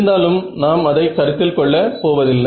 இருந்தாலும் நாம் அதை கருத்தில் கொள்ள போவதில்லை